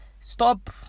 Stop